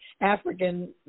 African